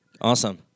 awesome